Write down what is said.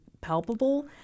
palpable